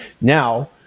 Now